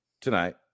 tonight